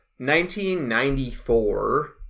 1994